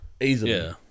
easily